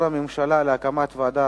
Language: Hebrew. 3432 ו-3445: אישור הממשלה להקמת ועדה